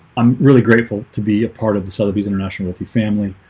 i'm really grateful to be a part of the sotheby's international with you family